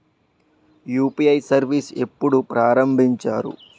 UPI service ఎప్పుడు ప్రారంభించారు?